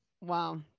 Wow